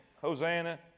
Hosanna